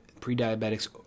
pre-diabetics